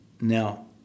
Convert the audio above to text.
Now